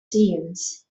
seances